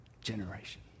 generation